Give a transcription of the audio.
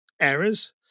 errors